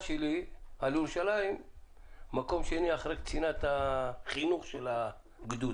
שלי מקום שני אחרי קצינת החינוך של הגדוד.